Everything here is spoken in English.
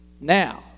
now